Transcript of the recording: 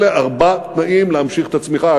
אלה ארבעה תנאים להמשיך את הצמיחה.